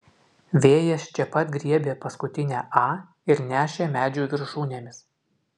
vėjas čia pat griebė paskutinę a ir nešė medžių viršūnėmis